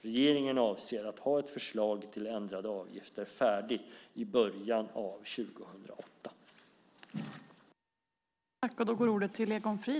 Regeringen avser att ha ett förslag till ändrade avgifter färdigt i början av 2008. Då Kent Persson, som framställt interpellationen, anmält att han var förhindrad att närvara vid sammanträdet medgav tredje vice talmannen att Egon Frid i stället fick delta i överläggningen.